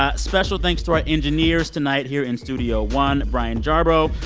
ah special thanks to our engineers tonight here in studio one brian jarborough,